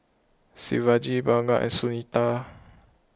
Shivaji Bhagat and Sunita